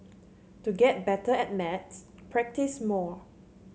to get better at maths practise more